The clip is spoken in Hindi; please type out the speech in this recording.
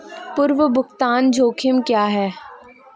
पूर्व भुगतान जोखिम क्या हैं?